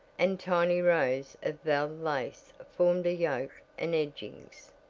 and tiny rows of val. lace formed a yoke and edgings.